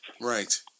Right